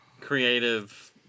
creative